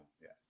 Yes